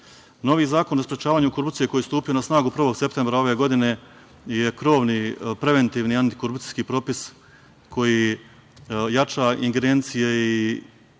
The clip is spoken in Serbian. Zakon o sprečavanju korupcije koji je stupio na snagu 1. septembra ove godine je krovni preventivni aktikorupcijski propis koji jača ingerencije i